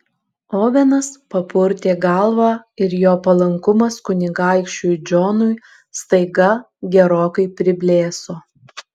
ovenas papurtė galvą ir jo palankumas kunigaikščiui džonui staiga gerokai priblėso